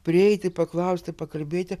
prieiti paklausti pakalbėti